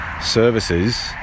Services